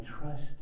trust